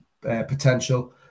potential